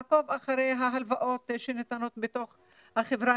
לעקוב אחרי ההלוואות שניתנות בחברה,